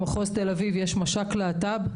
במחוז תל-אביב יש מש"ק להט"ב,